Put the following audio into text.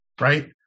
Right